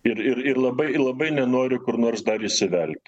ir ir ir labai labai nenoriu kur nors dar įsivelti